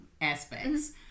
aspects